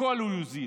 הכול זה יוזיל.